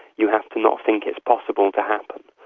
you have to not think it's possible to happen.